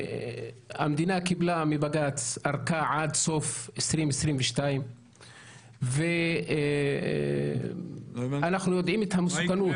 המדינה קיבלה מבג"ץ ארכה עד סוף 2022. אנחנו יודעים את המסוכנות.